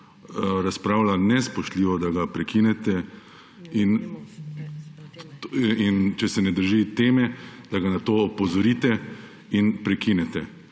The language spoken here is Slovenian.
razpravlja nespoštljivo, da ga prekinete, in če se ne drži teme, da ga na to opozorite in prekinete.